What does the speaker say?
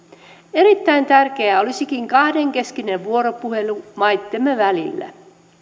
erittäin tärkeää olisikin kahdenkeskinen vuoropuhelu maittemme välillä